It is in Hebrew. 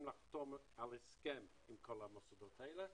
לחתום על הסכם עם כל המוסדות האלה,